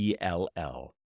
ELL